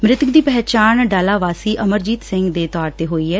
ਮਿਤਕ ਦੀ ਪਹਿਚਾਣ ਡਾਲਾ ਵਾਸੀ ਅਮਰਜੀਤ ਸਿੰਘ ਦੇ ਤੌਰ ਤੇ ਹੋਈ ਏ